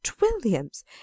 Williams